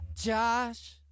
Josh